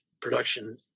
production